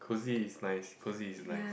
cozy is nice cozy is nice